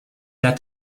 that